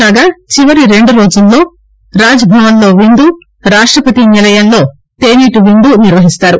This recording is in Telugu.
కాగా చివరి రెండు రోజులలో రాజ్భవన్లో విందు రాష్టపతి నిలయంలో తేనేటి విందు నిర్వహిస్తారు